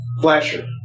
flasher